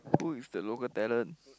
who is the local talent